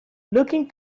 looking